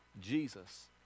Jesus